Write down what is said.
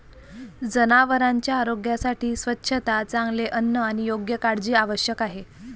जनावरांच्या आरोग्यासाठी स्वच्छता, चांगले अन्न आणि योग्य काळजी आवश्यक आहे